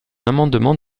amendement